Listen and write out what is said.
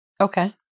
Okay